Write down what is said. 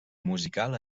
musical